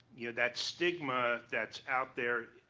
you know that stigma, that's out there,